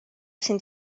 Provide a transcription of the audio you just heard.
sind